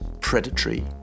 predatory